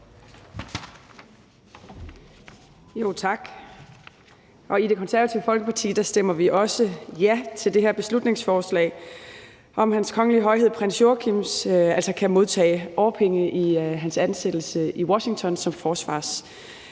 Tak. I Det Konservative Folkeparti stemmer vi også ja til det her beslutningsforslag om, at Hans Kongelige Højhed Prins Joachim kan modtage årpenge i sin ansættelse i Washington som